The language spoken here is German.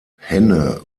henne